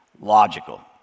logical